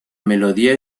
melodía